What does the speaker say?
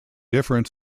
different